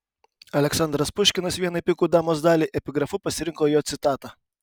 aleksandras puškinas vienai pikų damos daliai epigrafu pasirinko jo citatą